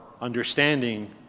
understanding